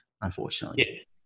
unfortunately